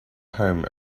home